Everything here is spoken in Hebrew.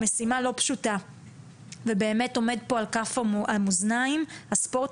המשימה לא פשוטה ובאמת עומד פה על כף המאזניים הספורט